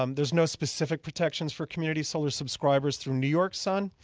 um there's no specific protections for community solar subscribers through new york sun.